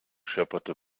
schepperte